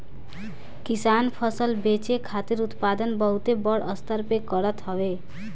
किसान फसल बेचे खातिर उत्पादन बहुते बड़ स्तर पे करत हवे